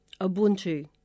Ubuntu